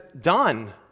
done